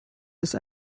ist